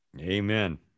Amen